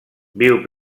viu